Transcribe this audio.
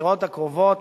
שהבחירות הקרובות